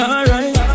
Alright